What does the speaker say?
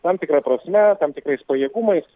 tam tikra prasme tam tikrais pajėgumais